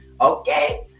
okay